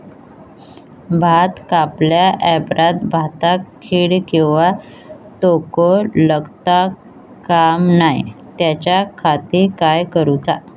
भात कापल्या ऑप्रात भाताक कीड किंवा तोको लगता काम नाय त्याच्या खाती काय करुचा?